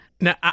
Now